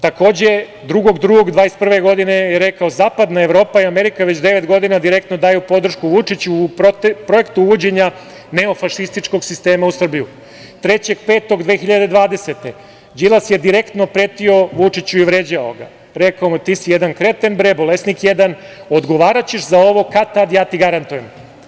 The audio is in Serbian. Takođe 2. februara 2021. godine je rekao – zapadna Evropa i Amerika već devet godina direktno daju podršku Vučiću u projektu uvođenja neofašističkog sistema u Srbiju, 3. maja 2020. godine, Đilas je direktno pretio Vučiću i vređao ga, rekao mu – ti si jedan kreten bre, bolesnik jedan, odgovaraćeš za ovo kad tad, ja ti garantujem.